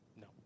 No